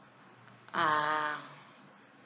err